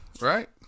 right